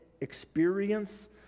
experience